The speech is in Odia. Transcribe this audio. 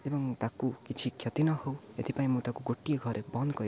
ଏବଂ ତାକୁ କିଛି କ୍ଷତି ନ ହଉ ଏଥିପାଇଁ ମୁଁ ତାକୁ ଗୋଟିଏ ଘରେ ବନ୍ଦ କରି